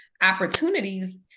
opportunities